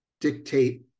dictate